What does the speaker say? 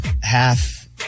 half